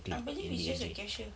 I believe he's just a cashier